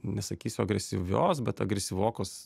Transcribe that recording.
nesakysiu agresyvios bet agresyvokos